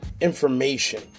information